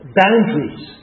boundaries